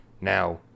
Now